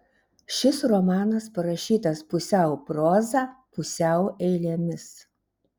šis romanas parašytas pusiau proza pusiau eilėmis